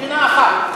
מדינה אחת.